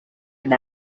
and